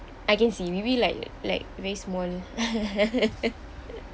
I can see maybe like like very small